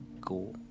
go